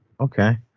okay